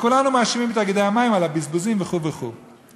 וכולנו מאשימים את תאגידי המים על הבזבוזים וכו' וכו'.